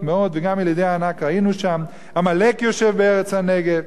מאד וגם ילִדי הענק ראינו שם עמלק יושב בארץ הנגב",